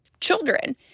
children